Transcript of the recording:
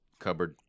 cupboard